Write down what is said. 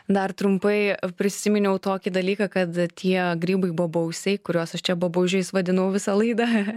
dar trumpai prisiminiau tokį dalyką kad tie grybai bobausiai kuriuos aš čia babaužiais vadinau visą laidą